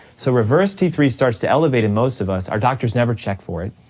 so reverse t three starts to elevate in most of us, our doctors never check for it,